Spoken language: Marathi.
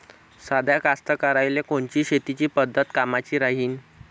साध्या कास्तकाराइले कोनची शेतीची पद्धत कामाची राहीन?